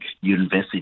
university